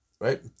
right